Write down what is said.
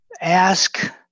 ask